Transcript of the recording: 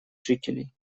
жителей